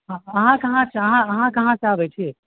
अहाँ कहाँसँ छी अहाँ कहाँसँ आबै छी